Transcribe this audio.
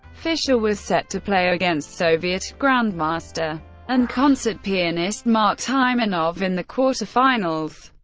fischer was set to play against soviet grandmaster and concert pianist mark taimanov in the quarter-finals.